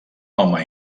home